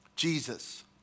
Jesus